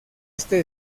este